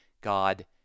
God